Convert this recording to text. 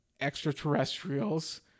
extraterrestrials